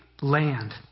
land